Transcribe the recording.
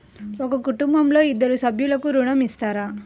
ఒక కుటుంబంలో ఇద్దరు సభ్యులకు ఋణం ఇస్తారా?